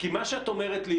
כי מה שאת אומרת לי,